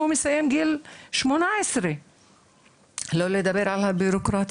מגיע לגיל 18. ואני אפילו לא מדברת על הבירוקרטיה,